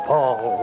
Paul